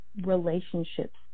relationships